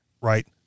right